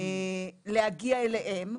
"ניאלץ" להגיע אליהם,